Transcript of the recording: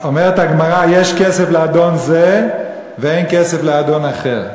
אומרת הגמרא: יש כסף לאדון זה ואין כסף לאדון אחר.